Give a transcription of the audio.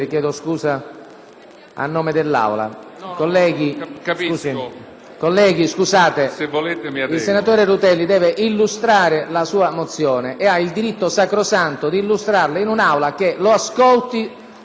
a nome dell'Assemblea. Colleghi, il senatore Rutelli deve illustrare la sua mozione e ha il diritto sacrosanto di farlo in un'Aula che lo ascolta o che quantomeno